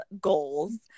goals